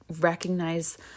recognize